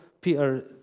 Peter